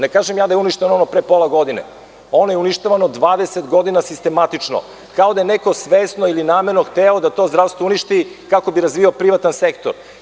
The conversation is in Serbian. Ne kažem ja da je uništeno ono pre pola godine, ono je uništavano 20 godina sistematično, kao da je neko svesno ili namerno hteo da to zdravstvo uništi kako bi razvijao privatni sektor.